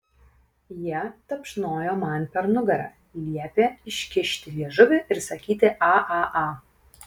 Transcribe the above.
jie tapšnojo man per nugarą liepė iškišti liežuvį ir sakyti aaa